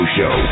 Show